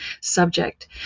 subject